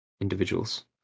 individuals